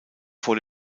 vor